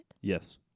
Yes